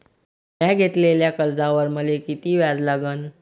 म्या घेतलेल्या कर्जावर मले किती व्याज लागन?